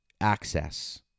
access